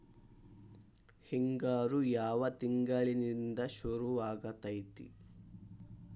ಹಿಂಗಾರು ಯಾವ ತಿಂಗಳಿನಿಂದ ಶುರುವಾಗತೈತಿ?